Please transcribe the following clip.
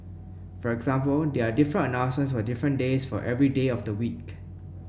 for example there are different announcements for different days for every day of the week